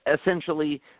essentially